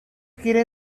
gira